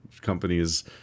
companies